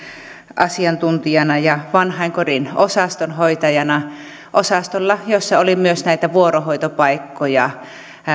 asiantuntijana ja vanhainkodin osastonhoitajana osastolla jolla oli myös näitä vuorohoitopaikkoja